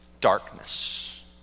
darkness